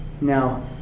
Now